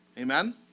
Amen